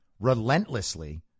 relentlessly